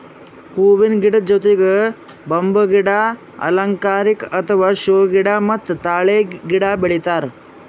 ಹೂವಿನ ಗಿಡದ್ ಜೊತಿಗ್ ಬಂಬೂ ಗಿಡ, ಅಲಂಕಾರಿಕ್ ಅಥವಾ ಷೋ ಗಿಡ ಮತ್ತ್ ತಾಳೆ ಗಿಡ ಬೆಳಿತಾರ್